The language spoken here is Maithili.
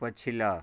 पछिला